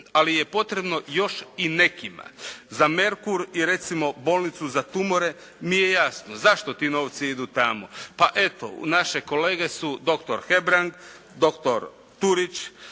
Ali je potrebno još i nekima. Za "Merkur" je recimo, za Bolnicu za tumore mi je jasno zašto ti novci idu tamo. Pa eto, naše kolege su doktor Hebrang, doktor Turić.